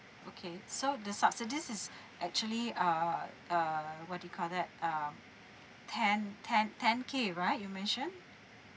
okay so the subsidy is actually err uh what do you call that uh ten ten ten K right you mentioned